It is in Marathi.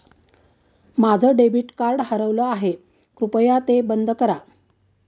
माझं डेबिट कार्ड हरवलं आहे, कृपया ते बंद करा